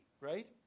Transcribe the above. right